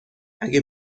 اگه